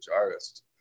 artist